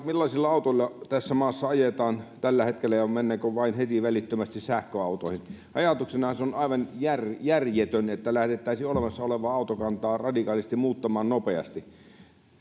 millaisilla autoilla tässä maassa ajetaan tällä hetkellä ja mennäänkö vain heti välittömästi sähköautoihin ajatuksena se on aivan järjetön järjetön että lähdettäisiin olemassa olevaa autokantaa radikaalisti muuttamaan nopeasti